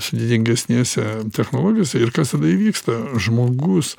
sudėtingesnėse technologijose ir kas tada įvyksta žmogus